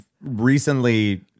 recently